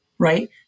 right